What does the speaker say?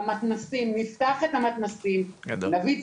במתנ"סים, נפתח את המתנ"סים, נביא